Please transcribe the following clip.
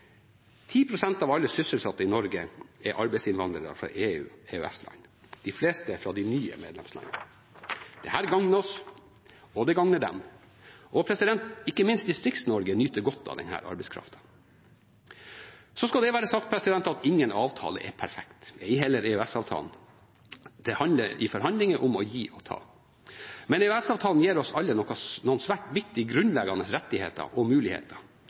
av alle sysselsatte i Norge er arbeidsinnvandrere fra EU-/EØS-land – de fleste fra de nye medlemslandene. Dette gagner oss, og det gagner dem. Ikke minst Distrikts-Norge nyter godt av denne arbeidskraften. Så skal det være sagt at ingen avtale er perfekt, ei heller EØS-avtalen. Det handler i forhandlinger om å gi og ta. Men EØS-avtalen gir oss alle noen svært viktige grunnleggende rettigheter og muligheter.